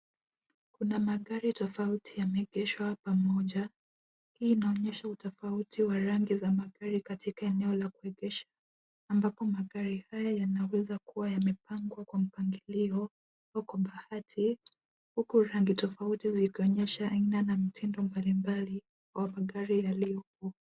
Kuna magari tofauti yameegeshwa pamoja. Hii inaonyesha utofauti wa rangi za magari katika eneo la kuegesha ambapo magari haya yanaweza kuwa yamepangwa kwa mpangilio kwa bahati huku rangi tofauti zikionyesha aina na mtindo mbalimbali ya magari yaliyo huku.